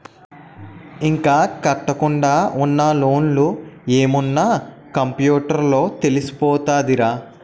ఇంకా కట్టకుండా ఉన్న లోన్లు ఏమున్న కంప్యూటర్ లో తెలిసిపోతదిరా